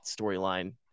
storyline